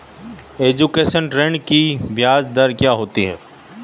Education ऋृण की ब्याज दर क्या होती हैं?